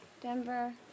Denver